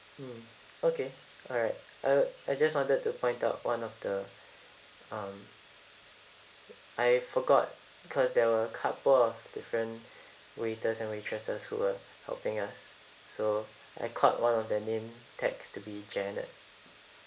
mm okay alright uh I just wanted to point out one of the um I forgot because there were a couple of different waiters and waitresses who were helping us so I caught one of their name tags to be janet